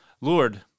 Lord